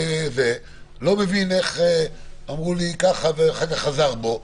לא מבין איך אמרו לי ככה וחזר בו.